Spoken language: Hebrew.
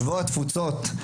שבוע התפוצות,